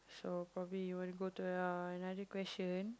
so probably we want to go to another question